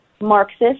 Marxist